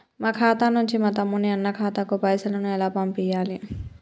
మా ఖాతా నుంచి మా తమ్ముని, అన్న ఖాతాకు పైసలను ఎలా పంపియ్యాలి?